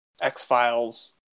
X-Files